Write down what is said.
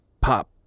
pop